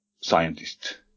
scientist